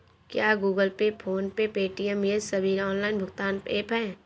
क्या Google Pay PhonePe Paytm ये सभी ऑनलाइन भुगतान ऐप हैं?